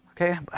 Okay